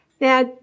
Now